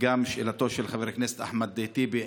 וגם לשאלתו של חבר הכנסת אחמד טיבי,